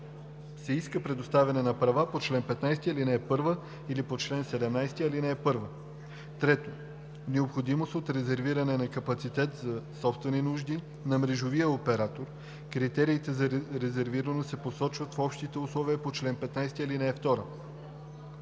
се иска предоставяне на правата по чл. 15, ал. 1 или по чл. 17, ал. 1; 3. необходимост от резервиране на капацитет за собствени нужди на мрежовия оператор; критериите за резервираност се посочват в общите условия по чл. 15, ал. 2;